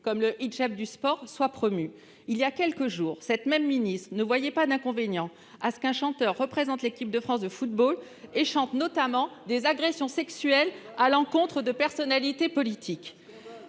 comme le hijab de sport, soient promus ? Il y a quelques jours, cette même ministre ne voyait pas d'inconvénient à ce qu'un chanteur représente l'équipe de France de football tout en chantant notamment l'agression sexuelle de personnalités politiques